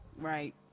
Right